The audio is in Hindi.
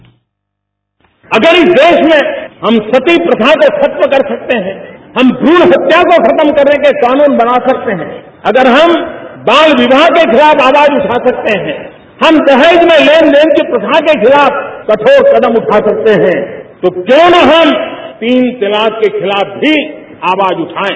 साउंड बाईट अगर देश में हम सतीप्रथा को खत्म कर सकते हैं हम भ्रूण हत्या को खत्म करने के कानून बना सकते हैं अगर हम बाल विवाह के खिलाफ आवाज उठा सकते हैं हम दहेज में लेन देन की प्रथा के खिलाफ कठोर कदम उठा सकते हैं तो क्यों न हम तीन तलाक के खिलाफ भी आवाज उठाएं